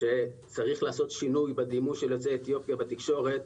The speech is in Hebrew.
שצריך לעשות שינוי בדימוי של יוצאי אתיופיה בתקשורת.